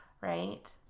right